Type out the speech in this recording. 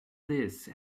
this